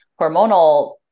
hormonal